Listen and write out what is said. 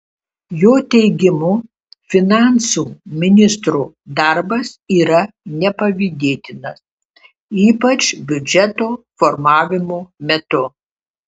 jo teigimu finansų ministro darbas yra nepavydėtinas ypač biudžeto formavimo metu